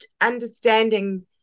understanding